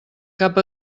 cap